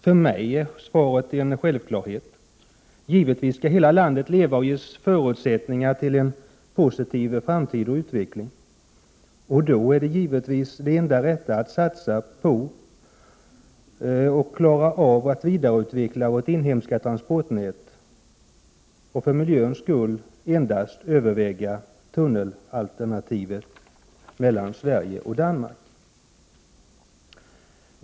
För mig är svaret en självklarhet. Givetvis skall hela landet leva och ges förutsättningar för en positiv framtid och utveckling. Då är givetvis det enda rätta att satsa på att vidareutveckla vårt inhemska transportnät och för miljöns skull endast överväga tunnelalternativet för förbindelsen mellan Sverige och Danmark.